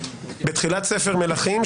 בתחילת ספר מלכים,